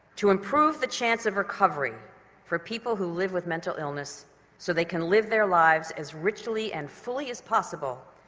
to improve the chance of recovery for people who live with mental illness so they can live their lives as richly and fully as possible,